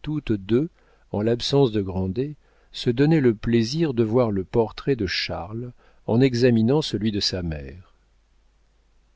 toutes deux en l'absence de grandet se donnaient le plaisir de voir le portrait de charles en examinant celui de sa mère